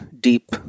deep